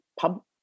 pub